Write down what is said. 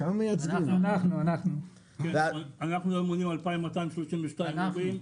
אנחנו מונים 2,232 מורים,